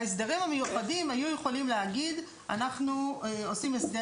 ההסדרים המיוחדים היו יכולים להגיד: אנחנו עושים הסדר